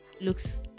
looks